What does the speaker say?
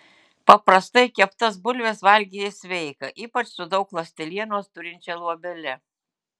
paprastai keptas bulves valgyti sveika ypač su daug ląstelienos turinčia luobele